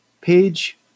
Page